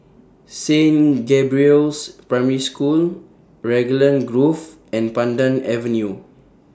Saint Gabriel's Primary School Raglan Grove and Pandan Avenue